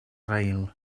raïl